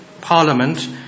Parliament